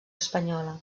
espanyola